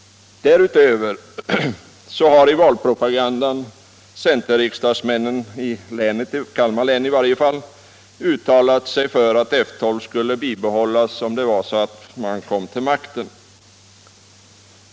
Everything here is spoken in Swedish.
Härutöver har centerriksdagsmännen i Kalmar län i valpropagandan förklarat att F 12 skulle bibehållas, om deras parti kom till makten.